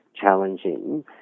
challenging